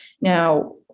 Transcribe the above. Now